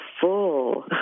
full